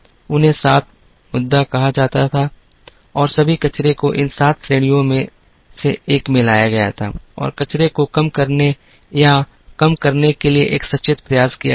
उन्हें सात मुदा कहा जाता है और सभी कचरे को इन सात श्रेणियों में से एक में लाया गया था और कचरे को कम करने या कम करने के लिए एक सचेत प्रयास किया गया था